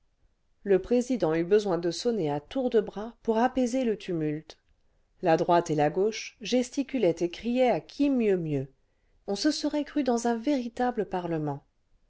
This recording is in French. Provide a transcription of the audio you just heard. le président eut besoin de sonner à tour cle bras pour apaiser le tumulte la droite et la gauche gesticulaient et criaient à qui mieux mieux on se serait cru dans un véritable parlement